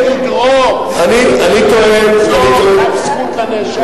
בית-המשפט יוצא מגדרו למצוא כף זכות לנאשם.